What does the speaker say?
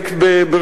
נא לסיים.